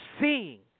seeing